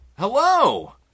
Hello